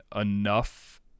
enough